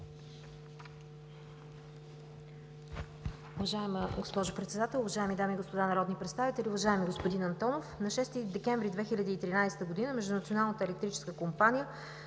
Уважаема госпожо Председател, уважаеми дами и господа народни представители, уважаеми господин Антонов! На 6 декември 2013 г. между Националната електрическа компания